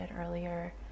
earlier